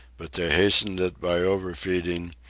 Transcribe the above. but they hastened it by overfeeding,